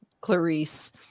Clarice